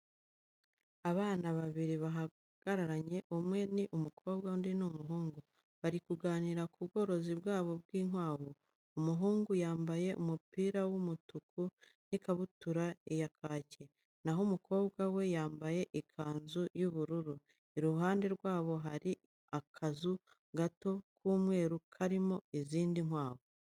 Abana babiri bahagararanye, umwe ni umukobwa, undi ni umuhungu. Bari kuganira ku bworozi bwabo bw'inkwavu. Umuhungu yambaye umupira w'umutuku n'ikabutura ya kake, na ho umukobwa we yambaye ikanzu y'ubururu. Iruhande rwabo hari akazu gato k'umweru karimo izindi nkwavu.